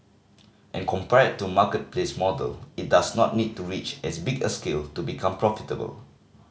and compared to marketplace model it does not need to reach as big a scale to become profitable